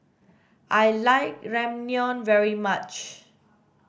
I like Ramyeon very much